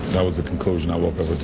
that was the conclusion i woke up with